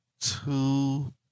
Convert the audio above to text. two